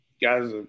guys